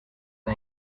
the